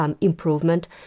improvement